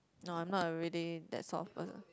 no I'm not really that sort of person